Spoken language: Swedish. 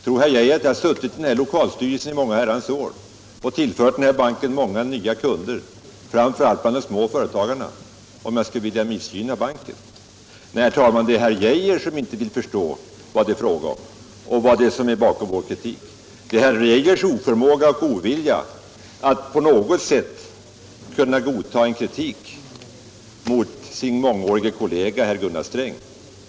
Tror herr Geijer att jag har suttit i den här lokalstyrelsen under många år och tillfört banken många nya kunder, framför allt bland de små företagarna, om jag hade velat missgynna banken? Nej, herr talman, det är herr Geijer som inte vill förstå vad det är fråga om och vad som ligger bakom vår kritik. Det är herr Geijer som har visat oförmåga och ovilja att godta kritik mot sin mångårige kollega, herr Gunnar Sträng.